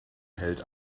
hält